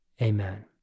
Amen